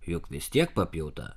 juk vis tiek papjauta